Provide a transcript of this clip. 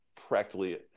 practically